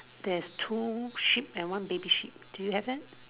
there's two sheep and one baby sheep do you have that